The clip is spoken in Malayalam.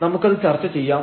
നമുക്കത് ചർച്ച ചെയ്യാം